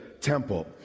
temple